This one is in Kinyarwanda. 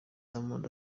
diamond